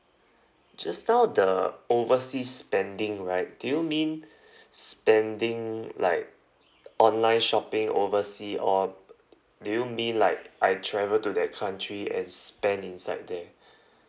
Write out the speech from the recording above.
just now the overseas spending right do you mean spending like online shopping oversea or do you mean like I travel to that country and spend inside there